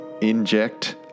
inject